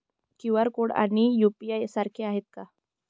QR code आणि UPI सारखे आहेत का?